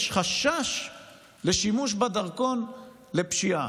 יש חשש לשימוש בדרכון לפשיעה.